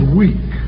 weak